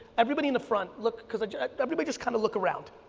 everybody in the front, look because everybody just kind of look around.